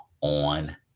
on